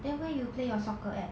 then where you play your soccer at